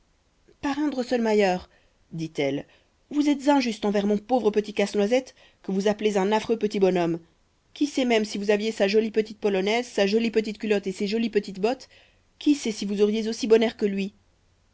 parrain drosselmayer dit-elle vous êtes injuste envers mon pauvre petit casse-noisette que vous appelez un affreux petit bonhomme qui sait même si vous aviez sa jolie petite polonaise sa jolie petite culotte et ses jolies petites bottes qui sait si vous auriez aussi bon air que lui